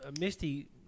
Misty